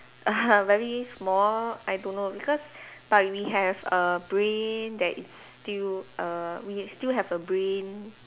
very small I don't know because like we have a brain that is still err we still have a brain